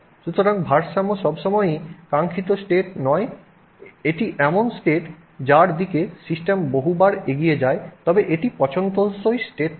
সুতরাং ভারসাম্য সবসময়ই কাঙ্ক্ষিত স্টেট নয় এটি এমন স্টেট যার দিকে সিস্টেম বহুবার এগিয়ে যায় তবে এটি পছন্দসই স্টেট নয়